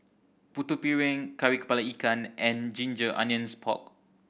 Putu Piring Kari Kepala Ikan and ginger onions pork